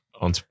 on